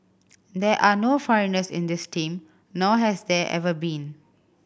there are no foreigners in this team nor has there ever been